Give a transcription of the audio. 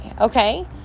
okay